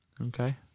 Okay